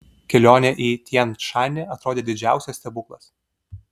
kelionė į tian šanį atrodė didžiausias stebuklas